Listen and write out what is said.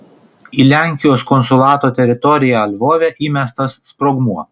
į lenkijos konsulato teritoriją lvove įmestas sprogmuo